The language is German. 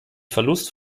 verlust